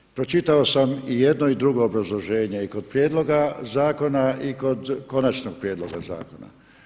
Naime, pročitao sam i jedno i drugo obrazloženje i kod prijedloga zakona i kod konačnog prijedloga zakona.